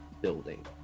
building